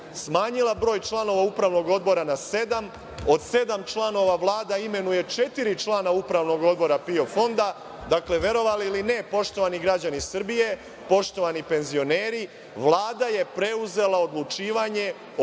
smanjila broj članova Upravnog odbora na sedam, a od sedam članova Vlada imenuje četiri člana Upravnog odbora PIO fonda. Dakle, verovali ili ne, poštovani građani Srbije, poštovani penzioneri, Vlada je preuzela odlučivanje